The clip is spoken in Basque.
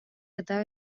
eta